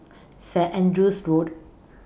Saint Andrew's Road